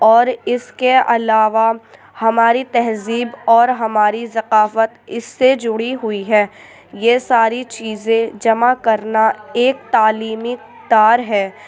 اور اس کے علاوہ ہماری تہذیب اور ہماری ثقافت اس سے جڑی ہوئی ہے یہ ساری چیزیں جمع کرنا ایک تعلیمی تار ہے